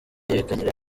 bikagira